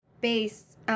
base